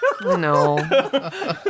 no